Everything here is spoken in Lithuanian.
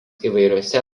įvairiuose